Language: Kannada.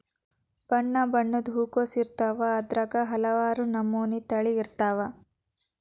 ಬಣ್ಣಬಣ್ಣದ ಹೂಕೋಸು ಇರ್ತಾವ ಅದ್ರಾಗ ಹಲವಾರ ನಮನಿ ತಳಿ ಇರ್ತಾವ